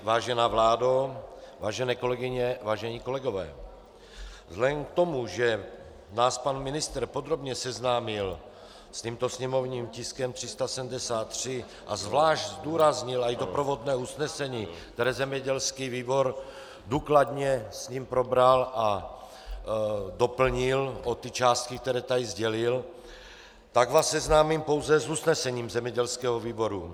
Vážená vládo, vážené kolegyně, vážení kolegové, vzhledem k tomu, že nás pan ministr podrobně seznámil s tímto sněmovním tiskem 373 a zvlášť zdůraznil i doprovodné usnesení, které zemědělský výbor důkladně s ním probral a doplnil o ty částky, které tady sdělil, tak vás seznámím pouze s usnesením zemědělského výboru.